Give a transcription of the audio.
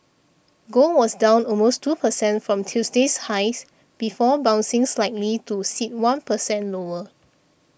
gold was down almost two percent from Tuesday's highs before bouncing slightly to sit one percent lower